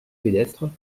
pédestre